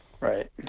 Right